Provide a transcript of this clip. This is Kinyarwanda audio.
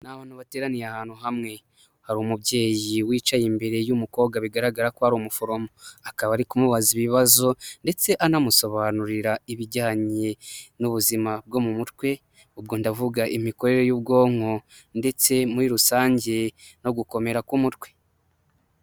Naho bateraniye ahantu hamwe hari umubyeyi wicaye imbere y'umukobwa bigaragara ko ari umuforomo akaba ari kumubaza ibibazo ndetse anamusobanurira ibijyanye n'ubuzima bwo mu mutwe ubwo ndavuga imikorere y'ubwonko ndetse muri rusange no gukomera k'umutwe.